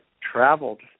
traveled